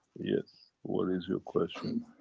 yes what is your question?